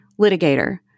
litigator